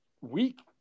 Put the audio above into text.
weak